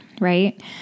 right